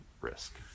risk